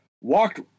walked